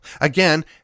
Again